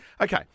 okay